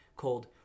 called